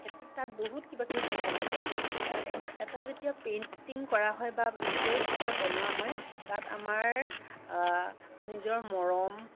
সেইটো তাত বহুত কিবা কিবি সোমাই থাকে এটা যেতিয়া পেইন্টিং কৰা হয় বা নিজৰে কিবা এটা বনোৱা হয় তাত আমাৰ নিজৰ মৰম